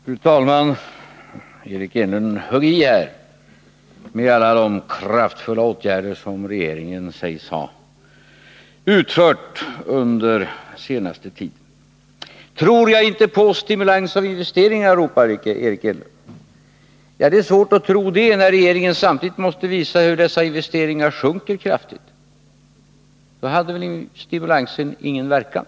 Fru talman! Eric Enlund högg till med alla de kraftfulla åtgärder som regeringen sägs ha vidtagit under den senaste tiden. Tror inte Kjell-Olof Feldt på stimulans av investeringar, ropar Eric Enlund. Det är svårt att göra det, när regeringen samtidigt måste visa att dessa investeringar kraftigt sjunker. Då kan väl inte stimulansen ha haft någon verkan?